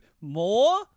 more